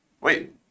wait